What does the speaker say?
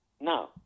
No